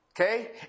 okay